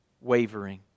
wavering